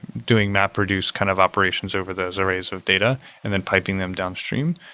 doing map-reduced kind of operations over those arrays of data and then piping them downstream.